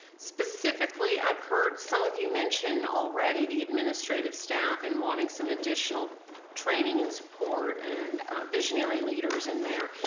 specifically i've heard some of you mention already the administrative staff and wanting some additional training and support, and visionary leaders in there.